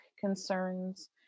concerns